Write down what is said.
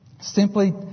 simply